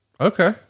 Okay